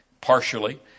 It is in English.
partially